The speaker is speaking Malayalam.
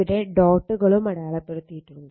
ഇവിടെ ഡോട്ടുകളും അടയാളപ്പെടുത്തിയിട്ടുണ്ട്